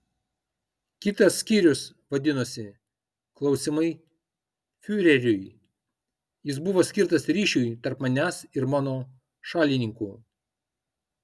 kitas skyrius vadinosi klausimai fiureriui jis buvo skirtas ryšiui tarp manęs ir mano šalininkų